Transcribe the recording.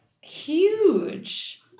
huge